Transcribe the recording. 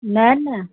न न